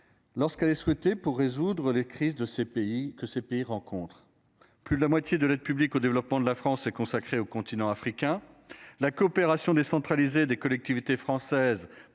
Lorsqu'elle est souhaitée pour résoudre les crises de ces pays que ces pays rencontrent. Plus de la moitié de l'aide publique au développement de la France est consacré au continent africain. La coopération décentralisée des collectivités françaises